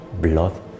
blood